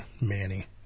Manny